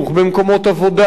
במקומות עבודה.